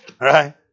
right